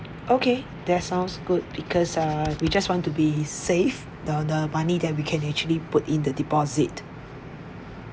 okay that sounds good because err we just want to be safe the the money that we can actually put in the deposit